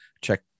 check